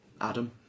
Adam